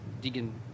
digging